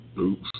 oops